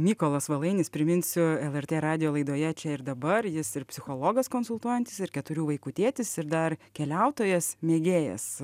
mykolas valainis priminsiu lrt radijo laidoje čia ir dabar jis ir psichologas konsultuojantis ir keturių vaikų tėtis ir dar keliautojas mėgėjas